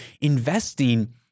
investing